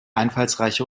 einfallsreiche